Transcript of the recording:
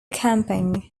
camping